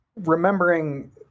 remembering